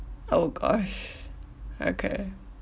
oh gosh okay